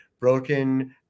broken